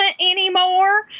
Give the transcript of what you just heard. anymore